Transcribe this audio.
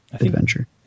adventure